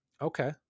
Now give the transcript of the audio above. okay